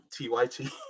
tyt